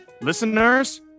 listeners